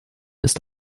ist